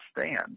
stand